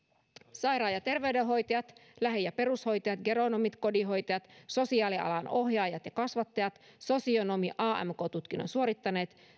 sairaan ja terveydenhoitajat lähi ja perushoitajat geronomit kodinhoitajat sosiaalialan ohjaajat ja kasvattajat sosionomi tutkinnon suorittaneet